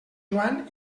joan